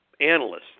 analysts